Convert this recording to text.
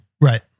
Right